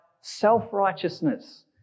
self-righteousness